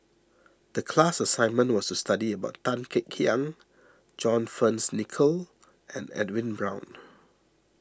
the class assignment was to study about Tan Kek Hiang John Fearns Nicoll and Edwin Brown